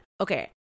Okay